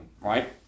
right